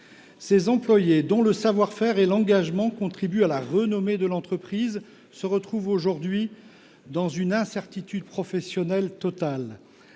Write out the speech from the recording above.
Ces employés, dont le savoir faire et l’engagement contribuent à la renommée de l’entreprise, se retrouvent aujourd’hui dans une incertitude professionnelle totale.